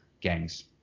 gangs